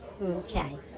Okay